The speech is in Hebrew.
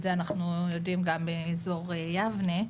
את זה אנחנו יודעים גם באזור יבנה.